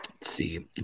See